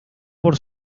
por